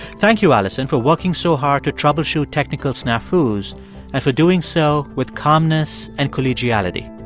thank you, alison, for working so hard to troubleshoot technical snafus and for doing so with calmness and collegiality